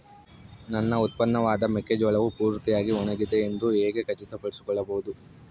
ನನ್ನ ಉತ್ಪನ್ನವಾದ ಮೆಕ್ಕೆಜೋಳವು ಪೂರ್ತಿಯಾಗಿ ಒಣಗಿದೆ ಎಂದು ಹೇಗೆ ಖಚಿತಪಡಿಸಿಕೊಳ್ಳಬಹುದು?